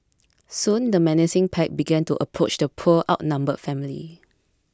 soon the menacing pack began to approach the poor outnumbered family